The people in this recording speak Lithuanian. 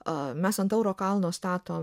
a mes ant tauro kalno stato